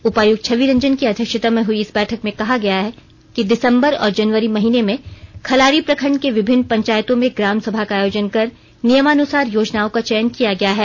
उपायुक्त छवि रंजन की अध्यक्षता में हई इस बैठक में कहा गया कि दिसंबर और जनवरी महीने में खलारी प्रखंड के विभिन्न पंचायतों में ग्राम सभा का आयोजन कर नियमानुसार योजनाओं का चयन किया गया है